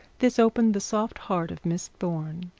this opened the soft heart of miss thorne,